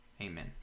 Amen